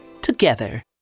together